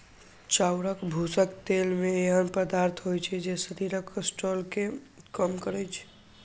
चाउरक भूसीक तेल मे एहन पदार्थ होइ छै, जे शरीरक कोलेस्ट्रॉल कें कम करै छै